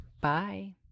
Bye